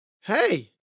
hey